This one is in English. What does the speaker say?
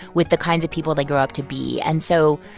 with the kinds of people they grew up to be. and so,